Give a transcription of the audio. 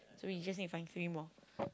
so we just need to find three more